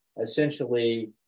essentially